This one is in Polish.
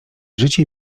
życie